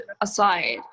aside